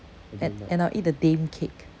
and and I'll eat the daim cake